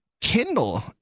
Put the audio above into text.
Kindle